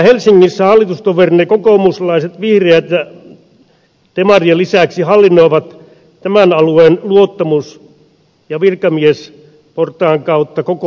helsingissä hallitustoverinne kokoomuslaiset ja vihreät demarien lisäksi hallinnoivat tämän alueen luottamus ja virkamiesportaan kautta koko asumisbisnestä